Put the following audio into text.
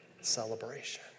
celebration